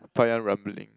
paya rumbling